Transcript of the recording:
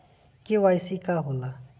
KYC का होला?